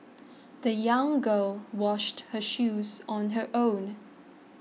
the young girl washed her shoes on her own